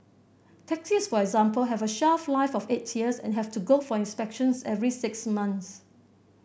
taxis for example have a shelf life of eight years and have to go for inspections every six months